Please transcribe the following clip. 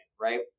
right